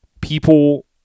people